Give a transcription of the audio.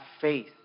faith